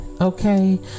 okay